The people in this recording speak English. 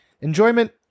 Enjoyment